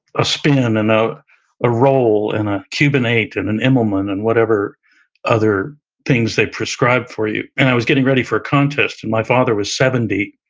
a spin and a roll in a cuban eight, and an immelmann and whatever other things they prescribed for you. and i was getting ready for a contest and my father was seventy